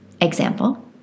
Example